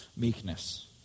meekness